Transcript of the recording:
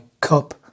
cup